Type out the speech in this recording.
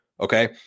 okay